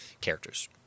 characters